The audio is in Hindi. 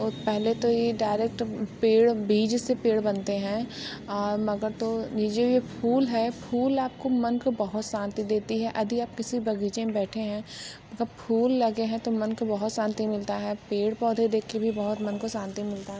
और पहले तो ये डायरेक्ट पेड़ बीज से पेड़ बनते हैं मगर तो ये जो ये फूल है फूल आपको मन को बहुत शांति देती है यदि आप किसी बगीचे में बैठे हैं फूल लगे हैं तो मन को बहुत शांति मिलता है पेड़ पौधे देख के भी बहुत मन को शांति मिलता है